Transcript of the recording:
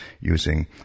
using